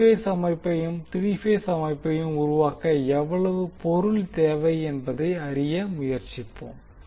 single phase அமைப்பையும் three phase அமைப்பையும் உருவாக்க எவ்வளவு பொருள் தேவை என்பதை அறிய முயற்சிப்போம்